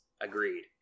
agreed